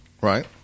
Right